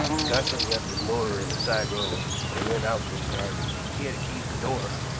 he constantly left his motor in the side road and went out through the garden. he had a key of the door.